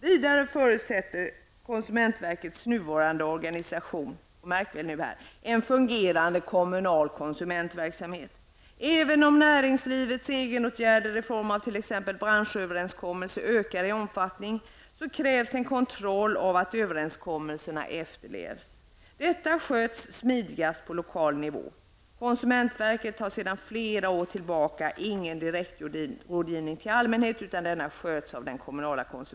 Vidare förutsätter KOVs nuvarande organisation'' -- och märk väl detta -- ''en fungerande kommunal konsumentverksamhet. Även om näringslivets egenåtgärder i form av t ex branschöverenskommelser ökar i omfattning krävs en kontroll av att överenskommelserna efterlevs. Detta sköts smidigast på lokal nivå. KOV har sedan flera år tillbaka ingen direktrådgivning till allmänheten utan denna sköts av KKV.''